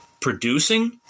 producing –